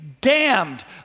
damned